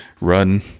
run